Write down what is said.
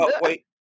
Wait